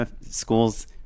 schools